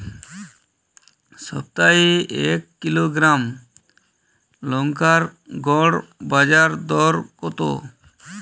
সপ্তাহে এক কিলোগ্রাম লঙ্কার গড় বাজার দর কতো?